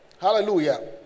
Hallelujah